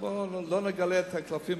בואו לא נגלה את כל הקלפים,